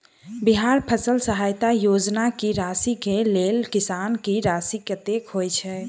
बिहार फसल सहायता योजना की राशि केँ लेल किसान की राशि कतेक होए छै?